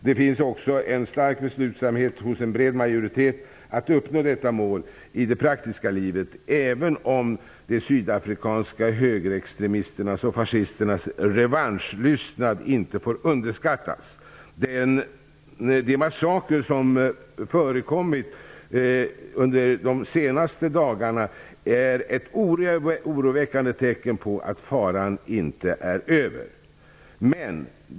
Det finns också en stark beslutsamhet hos en bred majoritet att uppnå detta mål i det praktiska livet, även om de sydafrikanska högerextremisternas och fascisternas revanschlystnad inte får underskattas. De massakrer som förekommit under de senaste dagarna är ett oroväckande tecken på att faran inte är över.